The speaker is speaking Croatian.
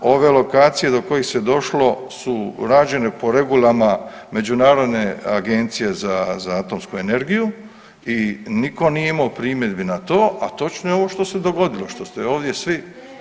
Ove lokacije do kojih se došlo su rađene po regulama Međunarodne agencije za atomsku energiju i nitko nije imao primjedbi na to, a točno je ovo što se dogodilo, što ste ovdje svi.